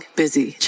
busy